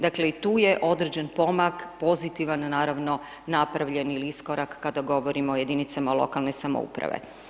Dakle, i tu je određen pomak, pozitivno naravno napravljen ili iskorak kada govorimo o jedinicama lokalne samouprave.